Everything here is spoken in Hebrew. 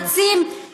רצים,